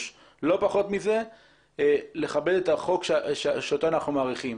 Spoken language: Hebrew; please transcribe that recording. לא פחות מזה לכבד את החוק אותו אנחנו מאריכים.